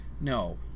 no